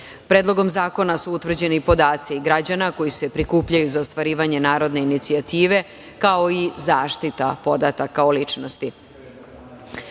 zakona su utvrđeni podaci građana koji se prikupljaju za ostvarivanje narodne inicijative, kao i zaštita podataka o ličnosti.U